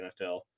NFL